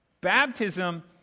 Baptism